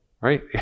Right